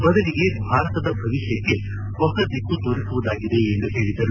ಬದಲಿಗೆ ಭಾರತದ ಭವಿಷ್ಣಕ್ಕೆ ಹೊಸ ದಿಕ್ಕು ತೋರಿಸುವುದಾಗಿದೆ ಎಂದು ಹೇಳದರು